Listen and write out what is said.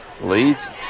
leads